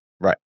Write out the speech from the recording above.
Right